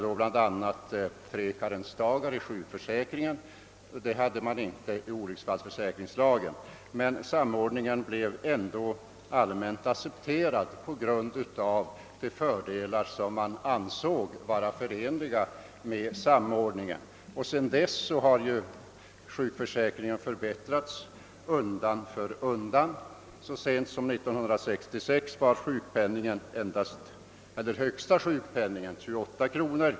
Då innefattade sjukförsäkringen tre karensdagar, vilket inte olycksfallsförsäkringslagen gjorde. Men samordningen blev ändå allmänt accepterad på grund av de fördelar man ansåg var förenade med den. Sedan dess har sjukförsäkringen förbättrats undan för undan. Så sent som år 1966 var det högsta sjukpenningbeloppet 28 kronor.